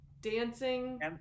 dancing